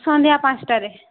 ସନ୍ଧ୍ୟା ପାଞ୍ଚ୍'ଟାରେ